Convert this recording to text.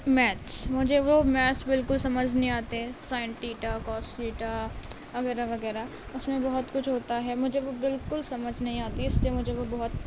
maths مجھے وہ maths بالکل سمجھ نہیں آتے سائین ٹیٹا کوس ٹیٹا وغیرہ وغیرہ اس میں بہت کچھ ہوتا ہے مجھے وہ بالکل سمجھ نہیں آتی ہے اس لیے مجھے وہ بہت